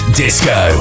disco